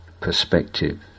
perspective